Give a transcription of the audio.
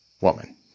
woman